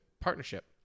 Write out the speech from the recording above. partnership